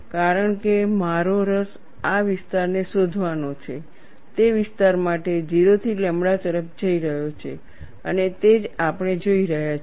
કારણ કે મારો રસ આ વિસ્તારને શોધવાનો છે તે વિસ્તાર માટે તે 0 થી લેમ્બડા તરફ જઈ રહ્યો છે અને તે જ આપણે જોઈ રહ્યા છીએ